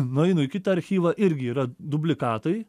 nueinu į kitą archyvą irgi yra dublikatai